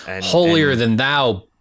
holier-than-thou